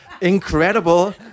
incredible